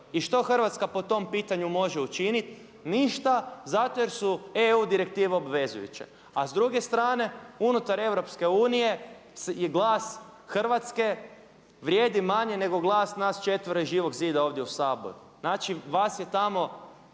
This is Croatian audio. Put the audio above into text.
I što Hrvatska po tom pitanju može učiniti? Ništa zato jer su EU direktive obvezujuće. A s druge strane unutar EU je glas Hrvatske vrijedi manje nego glas nas četvero iz Živog zida ovdje u Saboru. Znači vas je tamo